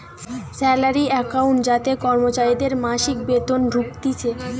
salary account যাতে কর্মচারীদের মাসিক বেতন ঢুকতিছে